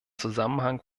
zusammenhang